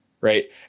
right